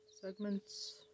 segments